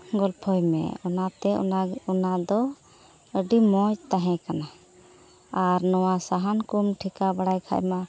ᱜᱚᱞᱯᱷᱚᱭ ᱢᱮ ᱚᱱᱟᱛᱮ ᱚᱱᱟᱫᱚ ᱟᱹᱰᱤ ᱢᱚᱡᱽ ᱛᱟᱦᱮᱸ ᱠᱟᱱᱟ ᱟᱨ ᱱᱚᱣᱟ ᱥᱟᱦᱟᱱ ᱠᱚᱢ ᱴᱷᱮᱠᱟᱣ ᱵᱟᱲᱟᱭ ᱠᱷᱟᱱ ᱢᱟ